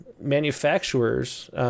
manufacturers